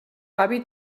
avi